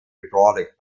hydraulic